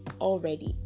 already